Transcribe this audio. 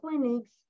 clinics